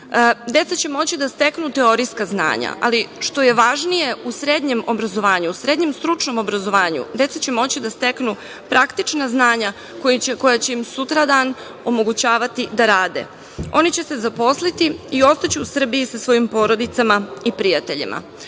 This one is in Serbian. deca će moći da steknu teorijska znanja, ali što je važnije u srednjem obrazovanju, u srednjem stručnom obrazovanju deca će moći da steknu praktična znanja koja će im sutradan omogućavati da rade. Oni će se zaposliti i ostaće u Srbiji sa svojim porodicama i prijateljima. To